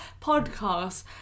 podcast